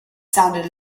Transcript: sounded